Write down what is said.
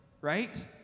right